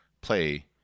play